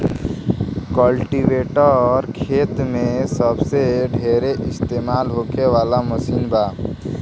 cultivator खेती मे सबसे ढेर इस्तमाल होखे वाला मशीन बा